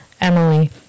Emily